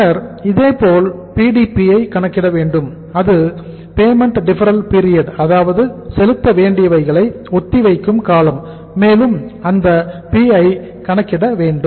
பின்னர் இதேபோல் PDP ஐ கணக்கிடவேண்டும் அது பேமெண்ட் டிஃபர்ரல் பீரியட் அதாவது செலுத்த வேண்டியவைகளை ஒத்திவைக்கும் காலம் மேலும் அந்த P ஐ கணக்கிட வேண்டும்